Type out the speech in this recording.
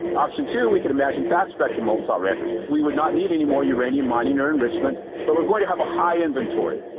option two, we can imagine fast-spectrum molten-salt reactors. we would not need any more uranium mining or enrichment. but we're going to have a high inventory.